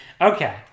Okay